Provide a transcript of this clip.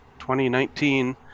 2019